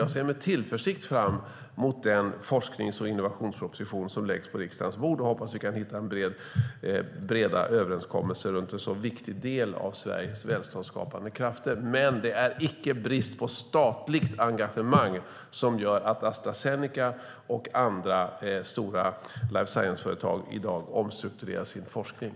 Jag ser med tillförsikt fram mot den forsknings och innovationsproposition som kommer att läggas på riksdagens bord, och hoppas att vi kan hitta breda överenskommelser om en så viktig del av Sveriges välståndsskapande krafter. Det är inte brist på statligt engagemang som gör att Astra Zeneca och andra stora life science-företag i dag omstrukturerar sin forskning.